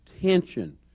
tension